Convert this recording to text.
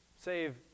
save